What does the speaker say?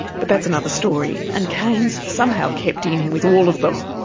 but that's another story, and keynes somehow kept in with all of them.